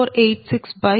00